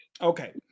Okay